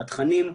התכנים,